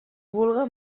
vulga